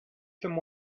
them